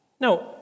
Now